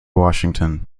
washington